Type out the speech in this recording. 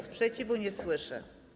Sprzeciwu nie słyszę.